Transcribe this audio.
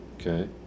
Okay